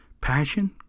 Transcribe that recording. passion